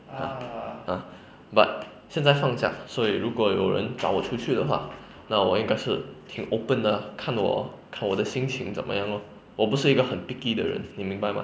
ah ah but 现在放假所以如果有人找我出去的话那我因该是挺 open 的 ah 看我看我的心情这么样 lor 我不是一个很 picky 的人你明白吗